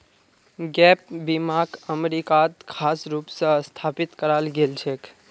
gap बीमाक अमरीकात खास रूप स स्थापित कराल गेल छेक